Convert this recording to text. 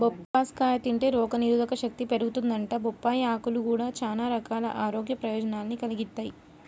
బొప్పాస్కాయ తింటే రోగనిరోధకశక్తి పెరిగిద్దంట, బొప్పాయ్ ఆకులు గూడా చానా రకాల ఆరోగ్య ప్రయోజనాల్ని కలిగిత్తయ్